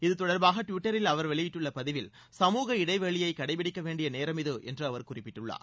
இது தொடர்பாக டுவிட்டரில் அவர் வெளியிட்டுள்ள பதிவில் சமூக இடைவெளியை கடைபிடிக்க வேண்டிய நேரம் இது என்று அவர் குறிப்பிட்டுள்ளார்